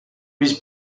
was